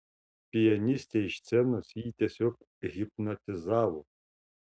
pianistė iš scenos jį tiesiog hipnotizavo